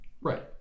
Right